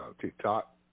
TikTok